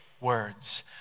words